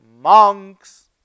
monks